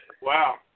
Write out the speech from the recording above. Wow